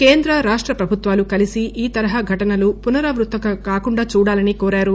కేంద్ర రాష్టప్రభుత్వాలు కలిసి ఈ తరహా ఘటనలు పునరావృతం కాకుండా చూడాలని కోరారు